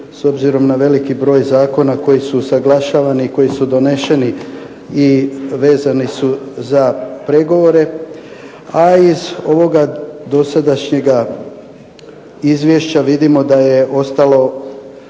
s obzirom na veliki broj zakona koji su usuglašavani i koji su doneseni i vezani su za pregovore, a iz ovoga dosadašnjega izvješća vidimo da je ostalo